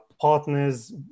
partners